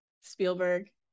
Spielberg